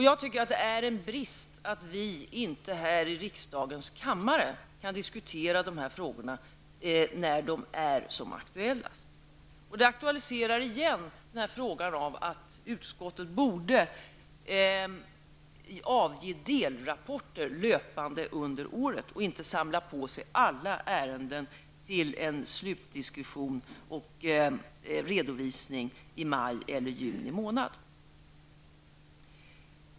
Jag tycker det är en brist att vi inte i riksdagens kammare kan diskutera dessa frågor när de är som mest aktuella. Detta förhållande aktualiserar frågan om huruvida utskottet löpande under året borde avge delrapporter, i stället för att samla på sig alla ärenden till en redovisning och slutdiskussion i maj eller juni månad.